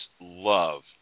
love